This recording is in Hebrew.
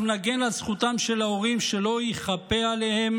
אנחנו נגן על זכותם של ההורים שלא ייכפו עליהם